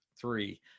three